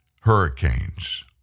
hurricanes